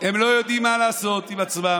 הם לא יודעים מה לעשות עם עצמם.